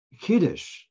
Kiddush